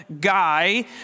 guy